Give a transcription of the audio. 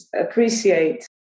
appreciate